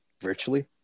virtually